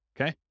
okay